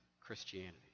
Christianity